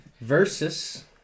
versus